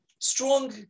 strong